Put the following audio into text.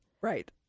Right